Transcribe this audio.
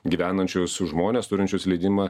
gyvenančius žmones turinčius leidimą